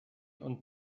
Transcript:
und